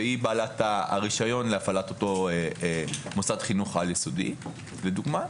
שהיא בעלת הרישיון להפעלת אותו מוסד חינוך על יסודי לדוגמה.